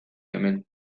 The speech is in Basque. hemen